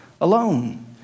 alone